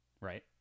Right